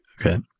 Okay